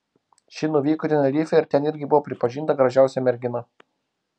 ši nuvyko į tenerifę ir ten irgi buvo pripažinta gražiausia mergina